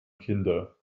kinder